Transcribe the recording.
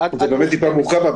זה באמת טיפה מורכב,